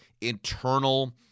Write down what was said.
internal